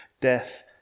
death